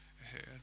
ahead